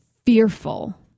fearful